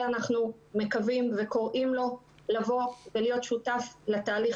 אנחנו מקווים וקוראים לו לבוא ולהיות שותף לתהליך